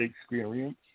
experience